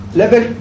level